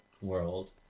world